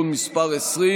השרים